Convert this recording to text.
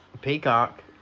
Peacock